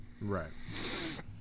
Right